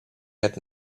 had